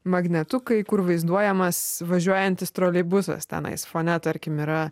magnetukai kur vaizduojamas važiuojantis troleibusas tenais fone tarkim yra